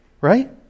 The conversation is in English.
right